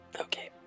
Okay